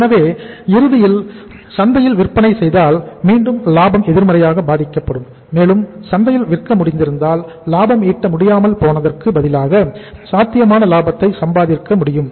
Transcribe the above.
எனவே இறுதியில் சந்தையில் விற்பனை செய்யாததால் மீண்டும் லாபம் எதிர்மறையாக பாதிக்கப்படும் மேலும் சந்தையில் விற்க முடித்திருந்தால் லாபம் ஈட்ட முடியாமல் போனதற்கு பதிலாக சாத்தியமான லாபத்தை சம்பாதிக்க முடிந்திருக்கும்